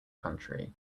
country